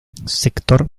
sector